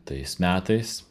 tais metais